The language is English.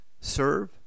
serve